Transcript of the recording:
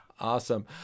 Awesome